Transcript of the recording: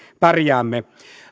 pärjäämme